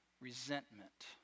resentment